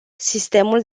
sistemul